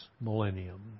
millennium